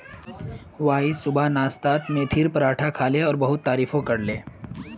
Y सुबह नाश्तात मेथीर पराठा खायाल छिले और बहुत तारीफो करले